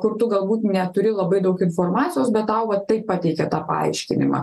kur tu galbūt neturi labai daug informacijos bet tau vat taip pateikė tą paaiškinimą